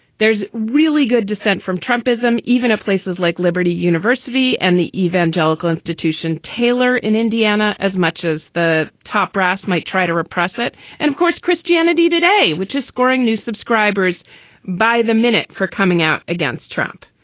there's really good dissent from trumpism, even in places like liberty university and the evangelical institution tailor in indiana. as much as the top brass might try to repress it and of course, christianity today, which is scoring new subscribers by the minute for coming out against trump.